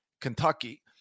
Kentucky